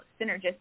synergistic